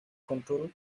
control